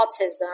autism